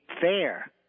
fair